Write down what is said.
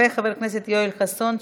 וחבר הכנסת יואל חסון,